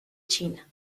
china